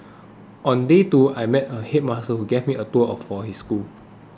on day two I met a headmaster who gave me a tour of his school